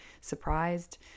surprised